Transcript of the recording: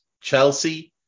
Chelsea